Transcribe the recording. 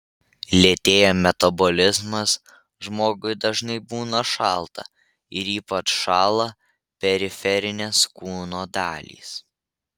lėtėja metabolizmas žmogui dažnai būna šalta ir ypač šąla periferinės kūno dalys